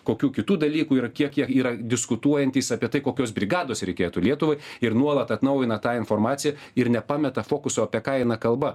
kokių kitų dalykų ir kiek jie yra diskutuojantys apie tai kokios brigados reikėtų lietuvai ir nuolat atnaujina tą informaciją ir nepameta fokuso apie ką eina kalba